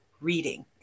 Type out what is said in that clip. reading